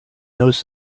knows